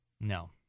No